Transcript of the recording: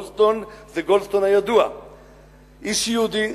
איש יהודי,